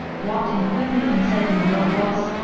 walked in quickly and said in a low voice,